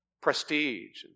prestige